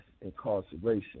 incarceration